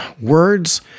words